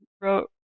wrote